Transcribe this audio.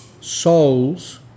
souls